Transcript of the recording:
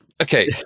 Okay